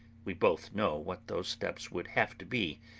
we both know what those steps would have to be,